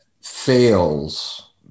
fails